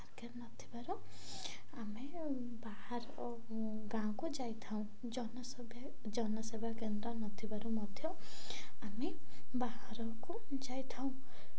ପାଖରେ ନଥିବାରୁ ଆମେ ବାହାର ଗାଁକୁ ଯାଇଥାଉ ଜନସବା କେନ୍ଦ୍ର ନଥିବାରୁ ମଧ୍ୟ ଆମେ ବାହାରକୁ ଯାଇଥାଉଁ